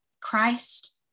Christ